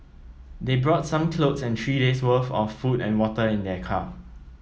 they brought some clothes and three days' worth of food and water in their car